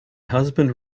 husband